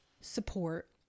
support